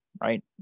right